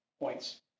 points